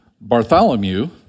Bartholomew